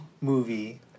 movie